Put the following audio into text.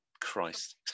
Christ